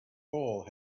hole